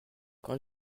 quand